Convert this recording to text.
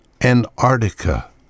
Antarctica